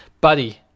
Buddy